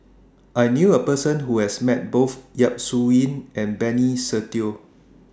I knew A Person Who has Met Both Yap Su Yin and Benny Se Teo